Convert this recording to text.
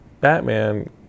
Batman